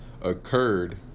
occurred